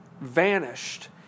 vanished